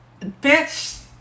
Bitch